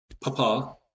Papa